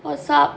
what's up